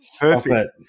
perfect